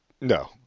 No